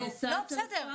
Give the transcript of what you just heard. חדשה.